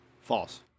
false